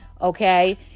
okay